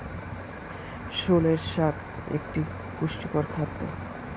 sorrel শাক একটি পুষ্টিকর খাদ্য